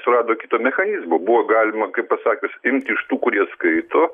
surado kitų mechanizmų buvo galima kaip pasakius imt iš tų kurie skaito